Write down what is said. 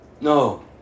No